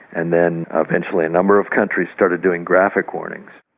and then eventually a number of countries started doing graphic warnings.